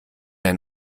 ein